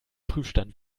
prüfstand